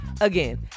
Again